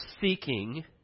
seeking